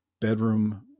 bedroom